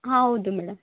ಹಾಂ ಹೌದು ಮೇಡಂ